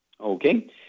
Okay